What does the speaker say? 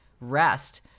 rest